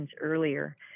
earlier